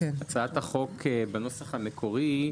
הצעת החוק בנוסח המקורי,